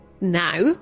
now